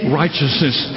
righteousness